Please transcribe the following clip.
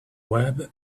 web